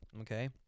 Okay